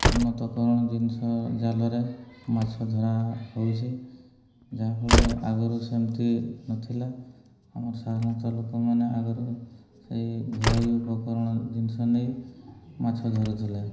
ଉନ୍ନତକରଣ ଜିନିଷ ଜାଲରେ ମାଛ ଧରା ହେଉଛି ଯାହାଫଳରେ ଆଗରୁ ସେମିତି ନଥିଲା ଆମର ସାଧାରଣତଃ ଲୋକମାନେ ଆଗରୁ ସେଇ ଘରୋଇ ଉପକରଣ ଜିନିଷ ନେଇ ମାଛ ଧରୁଥିଲେ